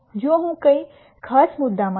જો હું કોઈ ખાસ મુદ્દામાં છું